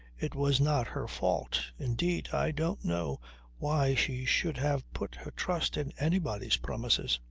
it was not her fault. indeed, i don't know why she should have put her trust in anybody's promises.